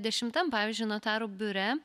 dešimtam pavyzdžiui notarų biure